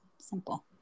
Simple